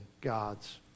God's